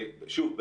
ושוב,